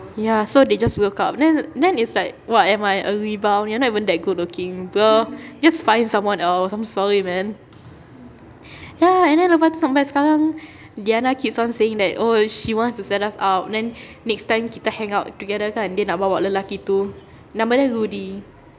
ya so they just broke up then then it's like what am I a rebound you are not even that good looking bro just find someone else I'm sorry man ya and then lepas tu sampai sekarang diana keeps on saying that oh she wants to set us up then next time kita hang out together kan dia nak bawa lelaki tu nama dia rudy